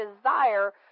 desire